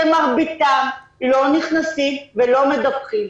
שמרביתם לא נכנסים ולא מדווחים.